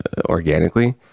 organically